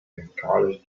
bengalisch